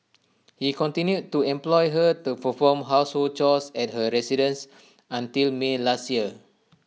he continued to employ her to perform household chores at his residence until may last year